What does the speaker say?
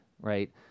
right